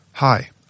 Hi